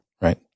right